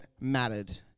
mattered